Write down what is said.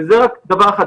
וזה רק דבר אחד.